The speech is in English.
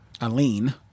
Aline